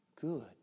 good